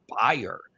buyer